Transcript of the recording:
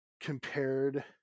compared